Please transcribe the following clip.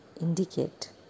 indicate